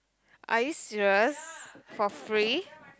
are you serious for free